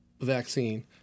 vaccine